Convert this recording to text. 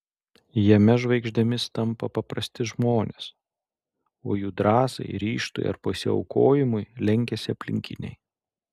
jame žvaigždėmis tampa paprasti žmonės o jų drąsai ryžtui ar pasiaukojimui lenkiasi aplinkiniai